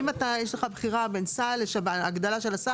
אם יש לך בחירה בין ההגדלה של הסל לבין ההגדלה של השב"ן?